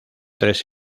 tres